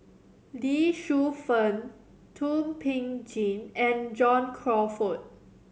Lee Shu Fen Thum Ping Tjin and John Crawfurd